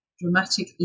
dramatic